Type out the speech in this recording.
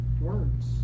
words